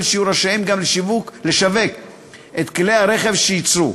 שיהיו רשאים גם לשווק את כלי הרכב שייצרו,